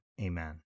Amen